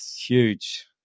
huge